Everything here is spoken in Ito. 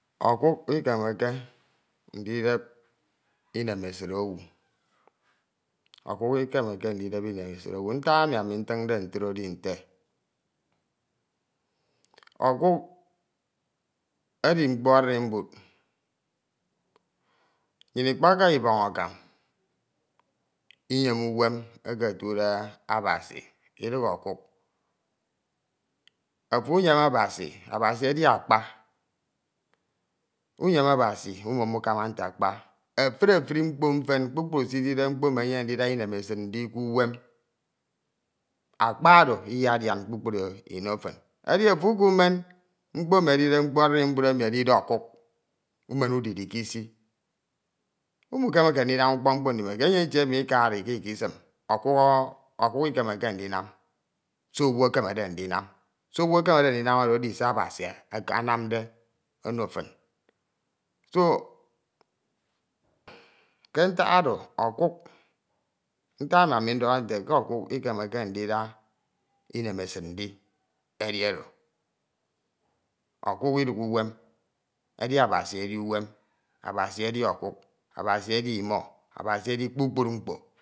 Ọkuk ikemeke ndidep inemesid owu, owu ikemeke ndidep inemesid owu, ntak emi ami ntinde ntra edi nte, ọkuk edi mkpo araibud. Nnyan ikpakq ibọñ akam iyem uwem etude abasi idighe ọkuk. Afo unyene Abasi Abasi edi akpa, uyem Abasi kmum ukama nte akpa efuri efuri mkpo mfan kpukpru sidide mkpo emi ayande ndida inemesid ndi ke uwem, akpa ono iyedian kpukpru ino fun. Edi ofo ukumen mkpo emi edide mkpo arumbud emi edide mkpo arumbud emi edide ọkuk unun udiri ke isa mukemeke ndinsm ukpọk mkpo ndimekied, enyene ìtie emi ikade íkisim ọkuk íkemeke ndinam se owu ekemede ndinam. Se owu ekemede ndinan ono edise Abasi anamde oro fín so. ke ntak ono ọkuk, ntak emi ami ndọhọde nte ke okuk ikemeke ndida inemesid edi edi ono. Okuk idighe uwem edi Abasi edi uwem, Abasi edi ọkuk, Abasi edi imo, Abasi edi kpukpru mkpo. Kuda ọkuk udiri ke isi. Uda ọkuk udiri ke ìsi umunyeneke ima. Uda ọkuk udira ke ìsi umunamke mkpo uno owu. Ofo udukudekpad mfo, ekpad mfo ọyọhọ, ekud eyin ubuene, umumaña ndisi ọkuk ono nno. Edi unyene Abasi okuk emi edidiana, mekeme ndisi ọkuk emi anam mkpo ono owu, mekeme ndisi ọkuk emi edep ọfọñ ono owu, mekeme ndisi ọkuk edep udia ono owu. Ke akpa ke Akpa edi Abasi idighe ọkuk. Abasi edi uwem, Abasi edi nsọñ idem. Abasi edi imo, Abasi edi kpukpru mkpo. Se ami nkemede nditen.